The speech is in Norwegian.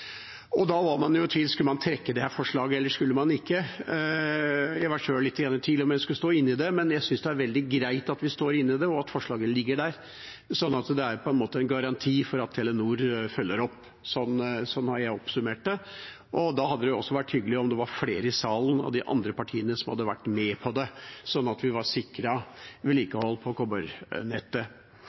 Da var man i tvil: Skulle man trekke dette forslaget, eller skulle man ikke? Jeg var sjøl lite grann i tvil om vi skulle stå inne i det, men jeg synes det er veldig greit at vi står inne i det, og at forslaget ligger der, sånn at det på en måte er en garanti for at Telenor følger opp. Sånn har jeg oppsummert det. Da hadde det også vært hyggelig om flere i salen, fra de andre partiene, hadde vært med på det, sånn at vi var sikret vedlikehold på